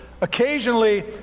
occasionally